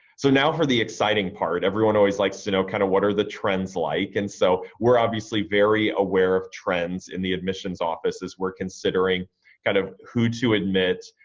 so now for the exciting part, everyone always likes to know kind of what are the trends like and so we're obviously very aware of trends in the admissions offices. we're considering kind of who to admit,